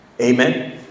Amen